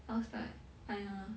I was like !aiya!